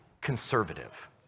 conservative